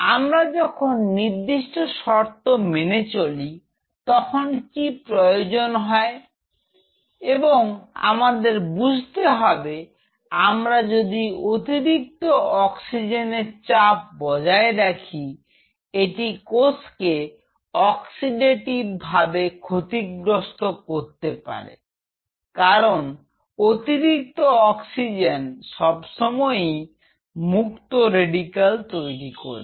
আমরা যখন নির্দিষ্ট শর্ত মেনে চলি তখন কি প্রয়োজন হয় এবং আমাদের বুঝতে হবে আমরা যদি অতিরিক্ত অক্সিজেনের চাপ বজায় রাখি এটি কোষ কে অক্সিডেটিভ ভাবে ক্ষতিগ্রস্ত করতে পারে কারণ অতিরিক্ত অক্সিজেন সবসময়ই মুক্ত রেডিকাল তৈরি করবে